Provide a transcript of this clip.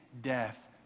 death